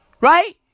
Right